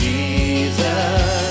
Jesus